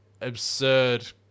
absurd